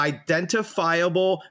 identifiable